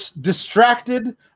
distracted